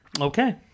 Okay